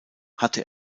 hatte